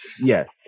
yes